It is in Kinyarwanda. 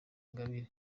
ingabire